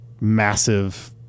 massive